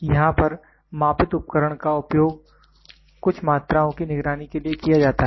यहाँ पर मापित उपकरण का उपयोग कुछ मात्राओं की निगरानी के लिए किया जाता है